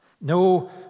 No